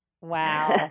wow